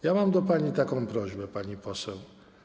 Ja mam do pani taką prośbę, pani poseł.